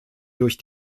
durch